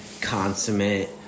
consummate